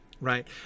right